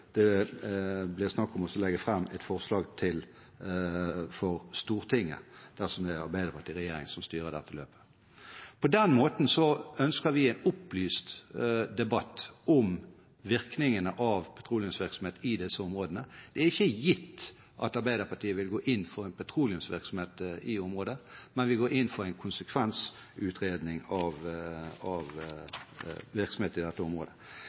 det blir, skal denne saken opp på landsmøtet i Arbeiderpartiet før det blir snakk om å legge fram et forslag for Stortinget. På den måten ønsker vi en opplyst debatt om virkningene av petroleumsvirksomhet i disse områdene. Det er ikke gitt at Arbeiderpartiet vil gå inn for petroleumsvirksomhet i området, men vi går inn for en konsekvensutredning av virksomhet i dette området.